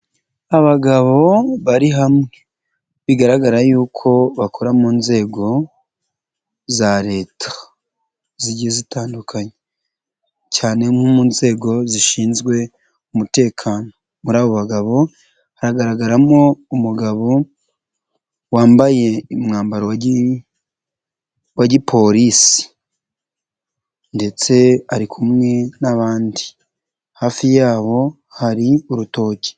Abagabo bari hamwe bigaragara yuko bakora mu nzego za Leta zigiye zitandukanye cyane nko mu nzego zishinzwe umutekano, muri abo bagabo haragaragaramo umugabo wambaye umwambaro wa gipolisi ndetse ari kumwe n'abandi hafi yabo hari urutoki.